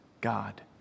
God